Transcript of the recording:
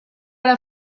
ara